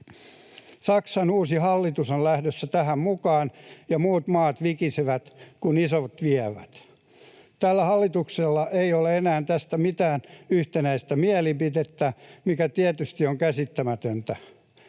Saksan uusi hallitus on lähdössä tähän mukaan, ja muut maat vikisevät, kun isot vievät. Tällä hallituksella ei ole enää tästä mitään yhtenäistä mielipidettä, mikä tietysti on käsittämätöntä.